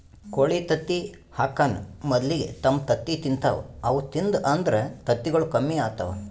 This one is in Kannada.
ಕೋಳಿ ತತ್ತಿ ಹಾಕಾನ್ ಮೊದಲಿಗೆ ತಮ್ ತತ್ತಿ ತಿಂತಾವ್ ಅವು ತಿಂದು ಅಂದ್ರ ತತ್ತಿಗೊಳ್ ಕಮ್ಮಿ ಆತವ್